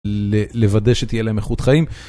לוודא שתהיה להם איכות חיים.